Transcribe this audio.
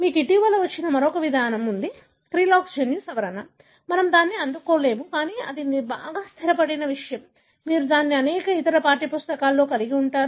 మీకు ఇటీవల వచ్చిన మరొక విధానం ఉంది cre lox జన్యు సవరణ మనము దానిని అందుకోలేము కానీ ఇది బాగా స్థిరపడిన విషయం మీరు దానిని అనేక ఇతర పాఠ్యపుస్తకాల్లో కలిగి ఉన్నారు